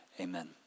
amen